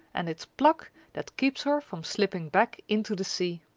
and it's pluck that keeps her from slipping back into the sea.